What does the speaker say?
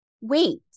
wait